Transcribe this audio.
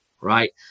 right